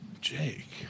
Jake